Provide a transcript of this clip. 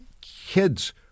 kids